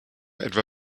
etwa